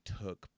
took